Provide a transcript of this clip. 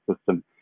system